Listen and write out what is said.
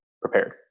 prepared